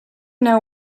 now